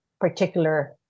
particular